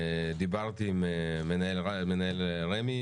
למרות שהיו הסכמות בין הקואליציה לאופוזיציה,